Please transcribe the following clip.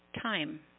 time